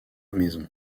maison